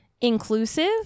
inclusive